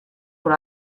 por